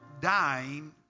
dying